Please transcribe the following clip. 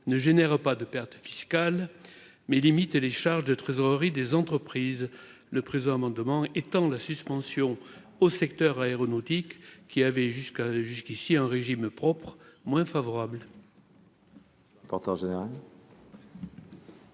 ne génère pas de pertes fiscales, mais limite les charges de trésorerie des entreprises. Le présent amendement vise à étendre ladite suspension au secteur aéronautique, dont le régime propre est moins favorable.